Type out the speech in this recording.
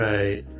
Right